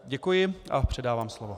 Děkuji a předávám slovo.